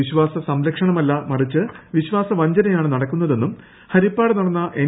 വിശ്വാസ സംരക്ഷണമല്ല മറിച്ച് വിശ്വാസ വഞ്ചനയാ ണ് നടക്കുന്നതെന്നും ഹരിപ്പാട് നടന്ന എൻ